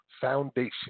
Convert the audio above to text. Foundation